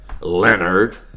Leonard